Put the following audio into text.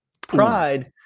Pride